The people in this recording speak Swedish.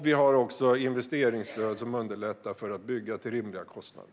Vi har också investeringsstöd som underlättar att bygga till rimliga kostnader.